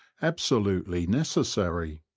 absolutely necessarv.